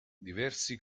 diversi